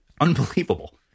unbelievable